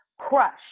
crush